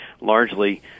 largely